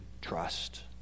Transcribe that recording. trust